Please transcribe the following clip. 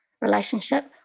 relationship